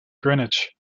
greenwich